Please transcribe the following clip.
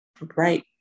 right